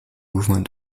movement